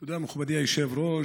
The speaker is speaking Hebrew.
תודה, מכובדי היושב-ראש.